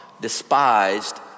despised